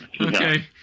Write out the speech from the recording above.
Okay